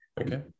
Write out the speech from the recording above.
Okay